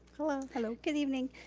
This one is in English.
hello. hello. good evening.